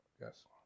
Yes